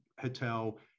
hotel